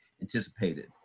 anticipated